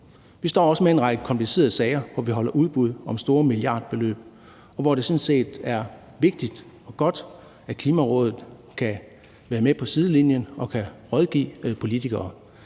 Vi står også med en række komplicerede sager, når vi holder udbud om store milliardbeløb, og hvor det sådan set er vigtigt og godt at Klimarådet kan være med på sidelinjen og kan rådgive politikere.